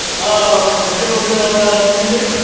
um have you ever been on ah tinder,